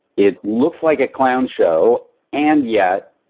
it looks like a clown show and yet,